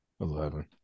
Eleven